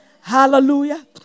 Hallelujah